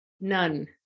None